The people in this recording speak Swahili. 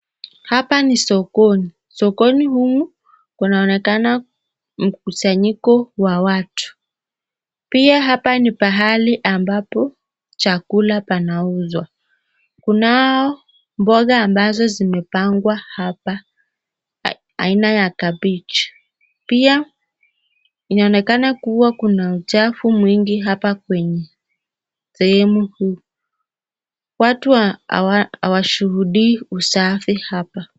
Hapa ni sokoni. Sokoni huu kunaonekana mkusanyiko wa watu. Pia hapa ni pahali ambapo chakula panauzwa. Kunao mboga ambazo zimepangwa hapa aina ya kabichi. Pia inaonekana kuwa kuna uchafu mwingi hapa kwenye sehemu huu. Watu hawashuhudii usafi hapa.